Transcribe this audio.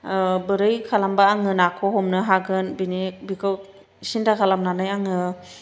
बोरै खालामब्ला आङो नाखौ हमनो हागोन बिनि बिखौ सिन्था खालामनानै आङो